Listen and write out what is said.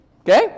Okay